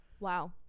Wow